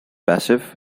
passive